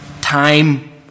time